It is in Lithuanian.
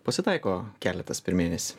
pasitaiko keletas per mėnesį